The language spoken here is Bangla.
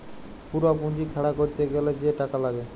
পুরা পুঁজি খাড়া ক্যরতে গ্যালে যে টাকা লাগ্যে